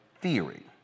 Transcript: theory